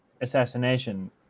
assassination